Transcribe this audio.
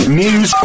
news